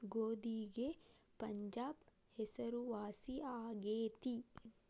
ಗೋಧಿಗೆ ಪಂಜಾಬ್ ಹೆಸರುವಾಸಿ ಆಗೆತಿ